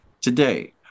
Today